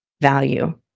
value